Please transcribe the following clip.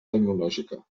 tecnològica